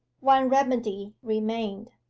one remedy remained.